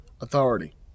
authority